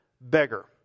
beggar